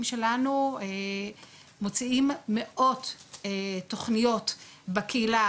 שלנו מציעים מאות תכניות בקהילה,